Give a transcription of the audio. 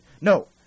No